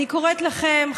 אני קוראת לכם,